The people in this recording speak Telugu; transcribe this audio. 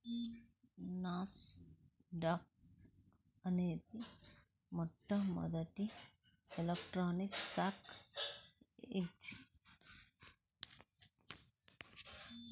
నాస్ డాక్ అనేది మొట్టమొదటి ఎలక్ట్రానిక్ స్టాక్ ఎక్స్చేంజ్